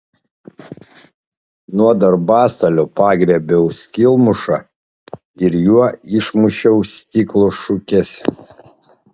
nuo darbastalio pagriebiau skylmušą ir juo išmušiau stiklo šukes